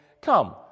come